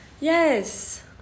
Yes